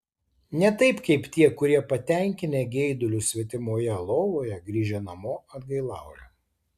ne taip kaip tie kurie patenkinę geidulius svetimoje lovoje grįžę namo atgailauja